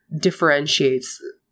differentiates